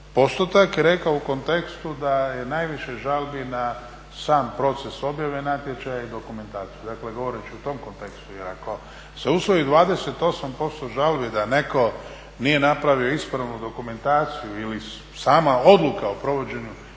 postotak rekao u kontekstu da je najviše žalbi na sam proces objave natječaja i dokumentaciju. Dakle, govoreći u tom kontekstu. Jer ako se usvoji 28% žalbi da netko nije napravio ispravnu dokumentaciju ili sama odluka o provođenju javnog